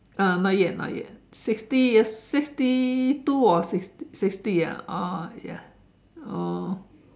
uh not yet not yet sixty years fifty two or sixty ah oh ya oh